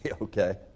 okay